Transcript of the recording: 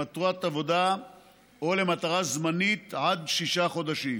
למטרת עבודה או למטרה זמנית עד שישה חודשים,